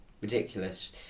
ridiculous